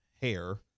hair